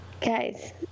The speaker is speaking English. Guys